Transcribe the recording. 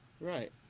Right